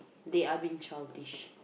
they are being childish